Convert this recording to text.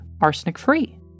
arsenic-free